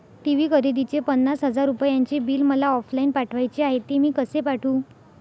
TV खरेदीचे पन्नास हजार रुपयांचे बिल मला ऑफलाईन पाठवायचे आहे, ते मी कसे पाठवू?